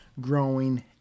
growing